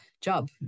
job